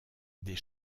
des